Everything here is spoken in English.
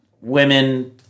women